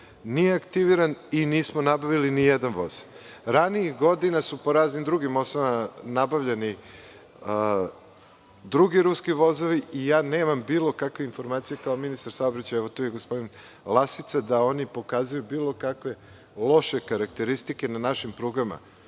nije aktiviran i nismo nabavili ni jedan voz. Ranijih godina su po raznim drugim osnovama nabavljani drugi ruski vozovi i ja nemam bilo kakve informacije kao ministar saobraćaja, evo, tu je i gospodin Lasica, da oni pokazuju bilo kakve loše karakteristike na našim prugama.